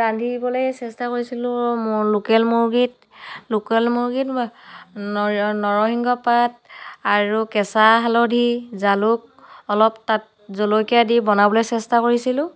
ৰান্ধিবলে চেষ্টা কৰিছিলোঁ মোৰ লোকেল মুৰ্গীত লোকেল মুৰ্গীত মই নৰসিংহ পাত আৰু কেঁচা হালধি জালুক অলপ তাত জলকীয়া দি বনাবলৈ চেষ্টা কৰিছিলোঁ